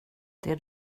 det